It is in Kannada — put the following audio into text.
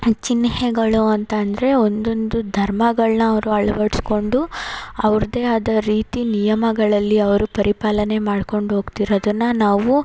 ಚಿಹ್ನೆಗಳು ಅಂತ ಅಂದರೆ ಒಂದೊಂದು ಧರ್ಮಗಳನ್ನ ಅವರು ಅಳವಡ್ಸ್ಕೊಂಡು ಅವ್ರದ್ದೇ ಆದ ರೀತಿ ನಿಯಮಗಳಲ್ಲಿ ಅವರು ಪರಿಪಾಲನೆ ಮಾಡ್ಕೊಂಡು ಹೋಗ್ತಿರೋದನ್ನ ನಾವು